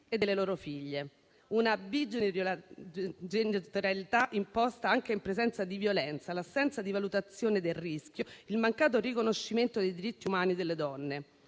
e delle loro figlie, una bigenitorialità imposta anche in presenza di violenza, l'assenza di valutazione del rischio e il mancato riconoscimento dei diritti umani delle donne.